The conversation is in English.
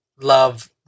love